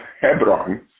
Hebron